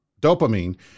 dopamine